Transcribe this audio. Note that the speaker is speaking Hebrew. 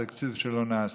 לתקציב שלא נעשה,